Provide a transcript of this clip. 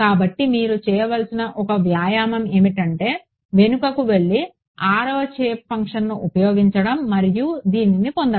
కాబట్టి మీరు చేయవలసిన ఒక వ్యాయామం ఏమిటంటే వెనుకకు వెళ్లి 6వ షేప్ ఫంక్షన్లను ఉపయోగించడం మరియు దీనిని పొందడం